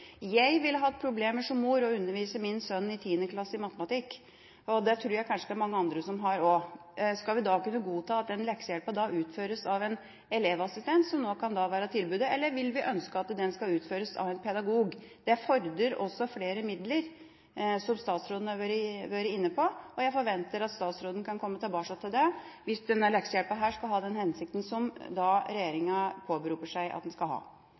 jeg hatt problemer med å undervise min sønn i 10. klasse i matematikk, og det tror jeg kanskje det er mange andre som også ville hatt. Skal vi da kunne godta at den leksehjelpen utføres av en elevassistent, som kan være tilbudet, eller vil vi ønske at den skal utføres av en pedagog? Det fordrer også flere midler, som statsråden har vært inne på, og jeg forventer at statsråden kan komme tilbake til det hvis denne leksehjelpen skal ha den hensikten som regjeringa påberoper seg at den skal ha.